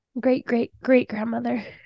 great-great-great-grandmother